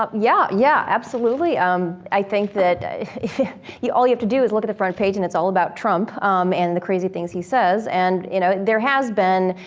ah yeah, yeah, absolutely. um i think that all you have to do is look at the front page and it's all about trump um and the crazy things he says. and you know there has been,